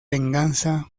venganza